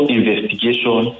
investigation